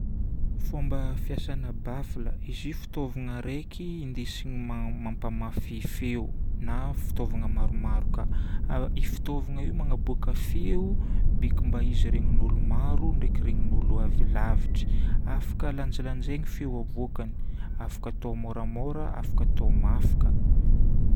Fomba fiasana baffle. Izy io fitaovagna raiky indesigna mampamafy feo. Na fitaovagna maromaro ka. Io fitaovagna io magnaboaka feo biko mba izy regnin'olo maro, biko regnin'olo avy lavitry. Afaka lanjalanjaina feo avoakany. Afaka atao moramora, afaka atao mafy.